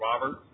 Robert